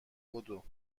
بدو